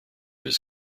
his